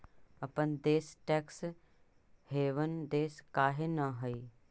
अपन देश tax haven देश काहे न हई?